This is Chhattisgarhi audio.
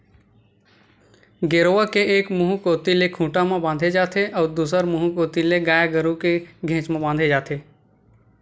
गेरवा के एक मुहूँ कोती ले खूंटा म बांधे जाथे अउ दूसर मुहूँ कोती ले गाय गरु के घेंच म बांधे जाथे